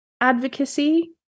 advocacy